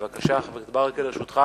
בבקשה, חבר הכנסת ברכה, לרשותך